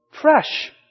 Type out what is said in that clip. fresh